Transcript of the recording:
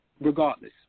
regardless